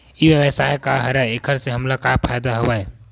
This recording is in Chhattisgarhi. ई व्यवसाय का हरय एखर से हमला का फ़ायदा हवय?